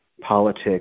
politics